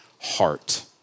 heart